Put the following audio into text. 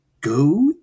Go